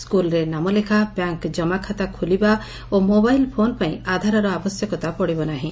ସ୍କୁଲ୍ରେ ନାମଲେଖା ବ୍ୟାଙ୍କ୍ ଜମାଖାତା ଖୋଲିବା ଓ ମୋବାଇଲ୍ ଫୋନ୍ ପାଇଁ ଆଧାରର ଆବଶ୍ୟକତା ପଡ଼ିବ ନାହିଁ